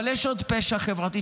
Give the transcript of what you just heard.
אבל יש עוד פשע חברתי,